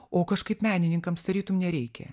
o kažkaip menininkams tarytum nereikia